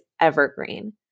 evergreen